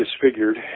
disfigured